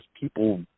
people